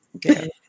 good